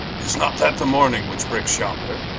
is not that the morning which breakes yonder?